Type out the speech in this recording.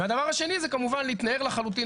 והדבר השני זה כמובן להתנער לחלוטין